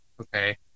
Okay